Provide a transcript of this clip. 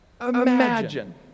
Imagine